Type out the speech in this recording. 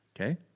Okay